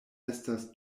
estas